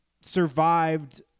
survived